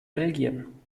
belgien